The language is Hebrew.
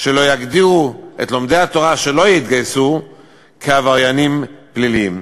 שלא יגדירו את לומדי התורה שלא יתגייסו כעבריינים פליליים.